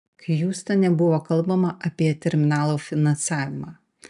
hjustone buvo kalbama ir apie terminalo finansavimą